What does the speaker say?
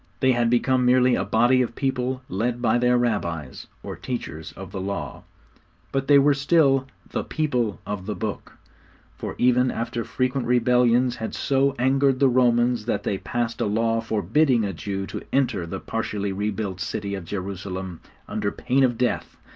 they had become merely a body of people led by their rabbis, or teachers of the law but they were still the people of the book for even after frequent rebellions had so angered the romans that they passed a law forbidding a jew to enter the partially re-built city of jerusalem under pain of death,